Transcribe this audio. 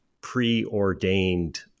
preordained